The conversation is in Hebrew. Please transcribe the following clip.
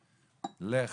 לך,